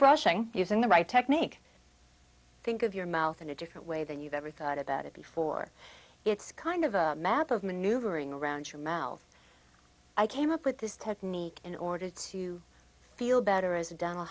brushing using the right technique think of your mouth in a different way than you've ever thought about it before it's kind of a map of maneuvering around your mouth i came up with this technique in order to feel better as a dental